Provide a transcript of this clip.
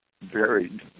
varied